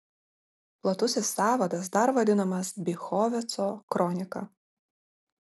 platusis sąvadas dar vadinamas bychoveco kronika